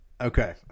Okay